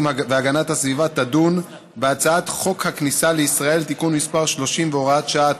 והגנת הסביבה תדון בהצעת חוק הכניסה לישראל (תיקון מס' 30 והוראת שעה),